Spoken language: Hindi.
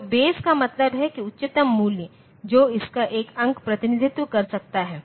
तो बेस का मतलब है कि उच्चतम मूल्य जो इसका एक अंक प्रतिनिधित्व कर सकता है